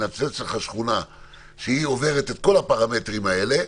אם מנצנצת לך שכונה שעוברת את כל הפרמטרים האלה,